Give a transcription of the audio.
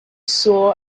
saw